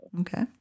Okay